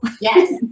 Yes